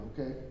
okay